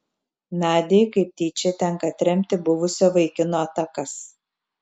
nadiai kaip tyčia tenka atremti buvusio vaikino atakas